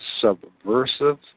subversive